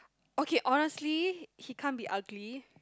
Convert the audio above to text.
okay honestly he can't be ugly